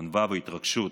בענווה והתרגשות